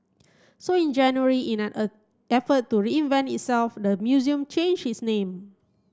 so in January in an effort to reinvent itself the museum changed its name